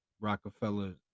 rockefeller